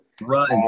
run